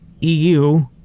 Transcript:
EU